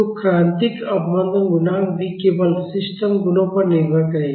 तो क्रांतिक अवमंदन गुणांक भी केवल सिस्टम गुणों पर निर्भर करेगा